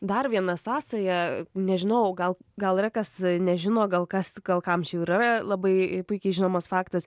dar viena sąsaja nežinau gal gal yra kas nežino gal kas gal kam čia jau ir yra labai puikiai žinomas faktas